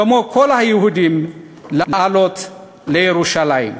כמו כל היהודים, לעלות לירושלים.